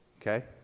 okay